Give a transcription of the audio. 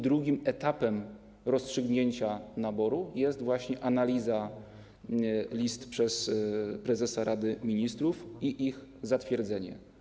Drugim etapem rozstrzygnięcia naboru jest właśnie analiza list przez prezesa Rady Ministrów i ich zatwierdzenie.